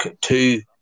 two